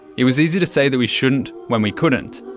it was easy to say that we shouldn't when we couldn't,